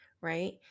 right